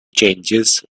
changes